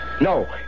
No